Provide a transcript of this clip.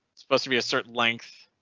supposed to be a certain length.